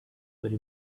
very